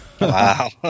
Wow